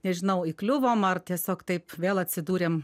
nežinau įkliuvom ar tiesiog taip vėl atsidūrėm